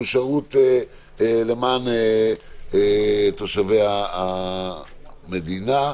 שהוא שירות למען תושבי המדינה.